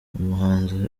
umuhanzi